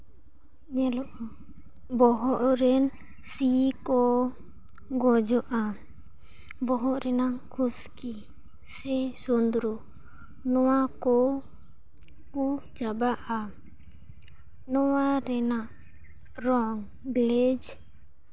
ᱧᱮᱞᱚᱜ ᱦᱚᱸ ᱵᱚᱦᱚᱜ ᱨᱮᱱ ᱥᱤ ᱠᱚ ᱜᱚᱡᱚᱜᱼᱟ ᱵᱚᱦᱚᱜ ᱨᱮᱱᱟᱜ ᱠᱷᱩᱥᱠᱤ ᱥᱮ ᱥᱚᱸᱫᱽᱨᱚ ᱱᱚᱣᱟ ᱠᱚ ᱠᱚ ᱪᱟᱵᱟᱜᱼᱟ ᱱᱚᱣᱟ ᱨᱮᱱᱟᱜ ᱨᱚᱝ ᱜᱞᱮᱡᱽ